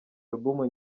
album